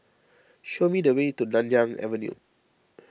show me the way to Nanyang Avenue